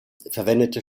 verwendete